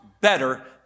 better